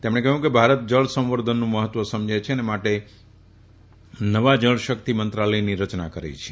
તેમણે કહ્યું કે ભારત જળ સંવર્ધનનું મહત્વ સમજે છે અને માટે નવા જળ શક્તિ મંત્રાલયની રચના કરાઈ છે